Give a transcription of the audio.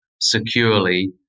securely